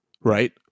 right